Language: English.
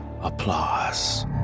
applause